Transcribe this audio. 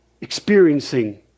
experiencing